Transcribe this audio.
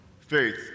faith